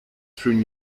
through